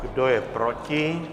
Kdo je proti?